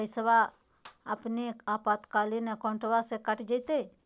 पैस्वा अपने आपातकालीन अकाउंटबा से कट जयते?